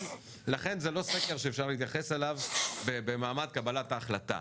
זה לא סקר שאפשר להתייחס אליו במעמד קבלת ההחלטה.